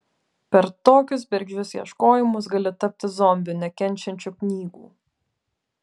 per tokius bergždžius ieškojimus gali tapti zombiu nekenčiančiu knygų